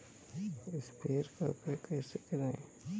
Sprayer का उपयोग कैसे करें?